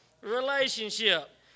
Relationship